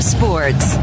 Sports